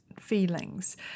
feelings